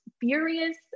furious